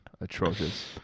atrocious